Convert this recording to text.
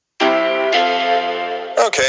okay